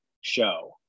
show